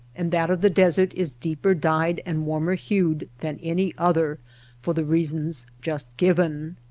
and that the desert is deeper dyed and warmer liued than any other for the reasons just given.